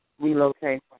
Relocate